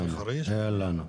אין לנו.